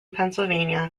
pennsylvania